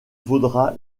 vaudra